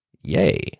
Yay